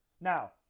Now